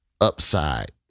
upside